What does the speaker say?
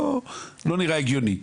לא נראה הגיוני,